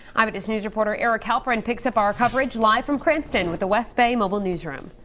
eyewitness news reporter eric halperin picks up our coverage, live from cranston with the west bay mobile newsroom.